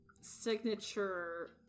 signature